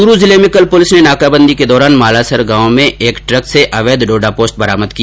चूरू जिले में कल पुलिस ने नाकाबंदी के दौरान मालासर गांव में एक ट्रक से अवैध डोडा पोस्त बरामद किया